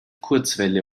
kurzwelle